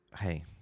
Hey